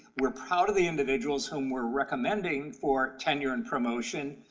we're proud of the individuals whom we're recommending for tenure and promotion.